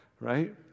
right